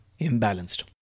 imbalanced